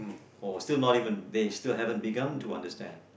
or still not even they still haven't begun to understand